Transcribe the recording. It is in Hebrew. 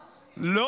מטעמה, ברור שכן.